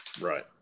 Right